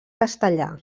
castellà